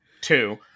two